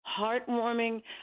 heartwarming